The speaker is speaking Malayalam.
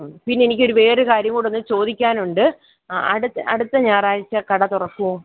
ആ പിന്നെ എനിക്കൊരു വേറൊരു കാര്യം കൂടെ ഒന്ന് ചോദിക്കാനുണ്ട് ആ അടുത്ത അടുത്ത ഞായറാഴ്ച കട തുറക്കുമോ